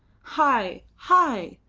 hai! hai!